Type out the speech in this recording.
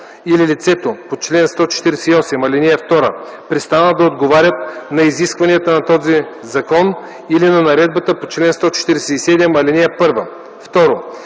или лицето по чл. 148, ал. 2 престанат да отговарят на изискванията на този закон или на наредбата по чл. 147, ал. 1;